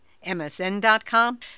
MSN.com